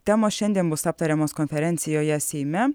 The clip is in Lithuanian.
temos šiandien bus aptariamos konferencijoje seime